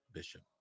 Bishop